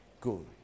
good